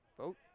Vote